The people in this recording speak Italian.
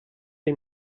dei